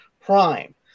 Prime